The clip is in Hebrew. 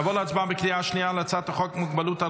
נעבור להצבעה בקריאה שנייה על הצעת חוק מגבלות על